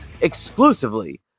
exclusively